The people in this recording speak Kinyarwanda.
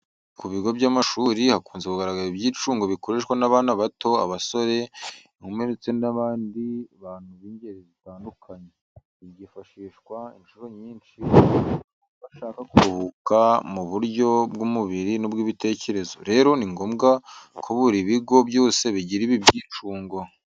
Ku bigo by'amashuri hakunze kugaragara ibyicungo bikoreshwa n'abana bato, abasore, inkumi ndetse n'abandi bantu b'ingeri zitandukanye. Ibi byifashishwa inshuro nyinshi abantu bashaka ku ruhuka mu buryo bw'umubiri n'ubw'ibitekerezo. Rero ni ngombwa ko buri bigo byose bigira ibi byicungo.